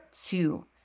two